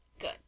good